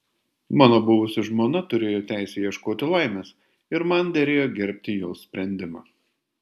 mano buvusi žmona turėjo teisę ieškoti laimės ir man derėjo gerbti jos sprendimą